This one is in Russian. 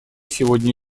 сегодня